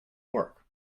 work